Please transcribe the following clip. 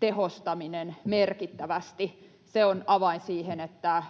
tehostaminen merkittävästi. Se on ensinnäkin avain siihen, että